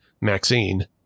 maxine